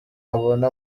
abone